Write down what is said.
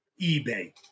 eBay